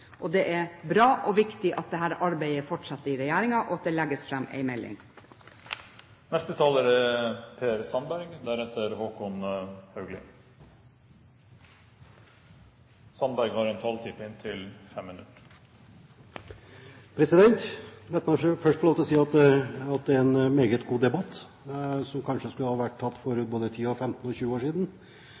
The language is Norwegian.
Det er bra og viktig at dette arbeidet fortsetter i regjeringen, og at det legges fram en melding. La meg først få lov til å si at dette er en meget god debatt, som kanskje skulle ha vært tatt for både